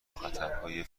خطرهای